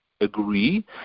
agree